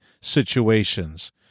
situations